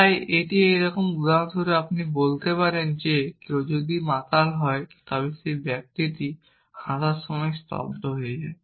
তাই এটি এইরকম যেমন উদাহরণস্বরূপ আপনি বলতে পারেন যে কেউ যদি মাতাল হয় তবে সেই ব্যক্তি হাঁটার সময় স্তব্ধ হয়ে যায়